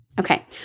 Okay